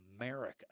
America